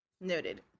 Noted